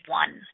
one